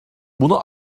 bunu